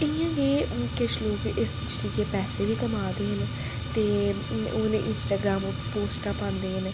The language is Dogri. इ'यां गै हून किश लोग इस जरिये पैसे बी कमा दे न ते हून इंस्टाग्राम उप्पर पोस्टां पांदे न